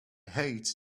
hate